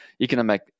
economic